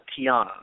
Tiana